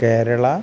Kerala